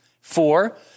Four